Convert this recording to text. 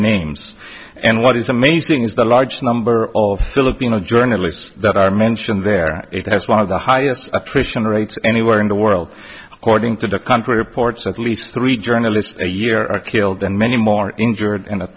names and what is amazing is the large number of filipino journalists that are mentioned there it has one of the highest attrition rates anywhere in the world according to the country reports at least three journalists a year are killed and many more injured and a